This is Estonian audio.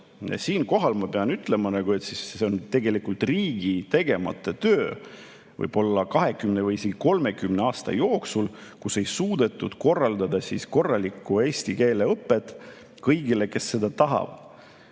Siinkohal ma pean ütlema, et see on tegelikult riigi tegemata töö võib-olla 20 või isegi 30 aasta jooksul, kus ei suudetud korraldada korralikku eesti keele õpet kõigile, kes seda tahavad.